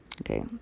Okay